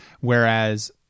whereas